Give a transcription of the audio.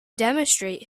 demonstrate